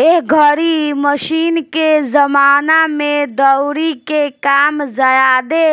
एह घरी मशीन के जमाना में दउरी के काम ज्यादे